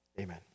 amen